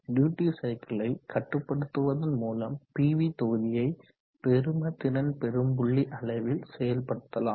duty cycle யை கட்டுப்படுத்துவதன் மூலம் பி வி தொகுதியை பெரும திறன் பெறும் புள்ளி அளவில் செயல்படுத்தலாம்